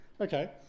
Okay